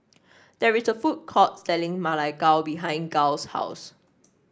there is a food court selling Ma Lai Gao behind Giles' house